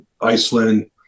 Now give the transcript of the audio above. Iceland